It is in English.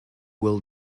will